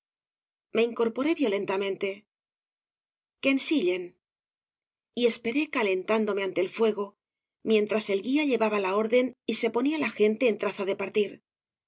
me incorporé violentamente que ensillen y esperé calentándome ante el fuego mientras el guía llevaba la orden y se ponía la gente en traza de partir